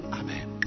amen